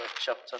Chapter